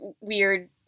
weird